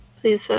please